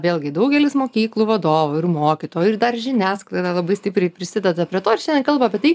vėlgi daugelis mokyklų vadovų ir mokytojų ir dar žiniasklaida labai stipriai prisideda prie to ir šiandien kalba apie tai